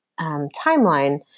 timeline